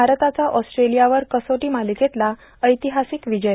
भारताचा ऑस्ट्रेलियावर कसोटी मालिकेतला ऐतिहासिक विजय